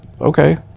okay